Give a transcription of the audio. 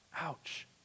ouch